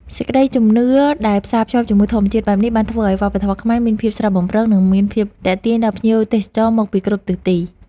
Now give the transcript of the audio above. សេចក្តីជំនឿដែលផ្សារភ្ជាប់ជាមួយធម្មជាតិបែបនេះបានធ្វើឱ្យវប្បធម៌ខ្មែរមានភាពស្រស់បំព្រង និងមានភាពទាក់ទាញដល់ភ្ញៀវទេសចរមកពីគ្រប់ទិសទី។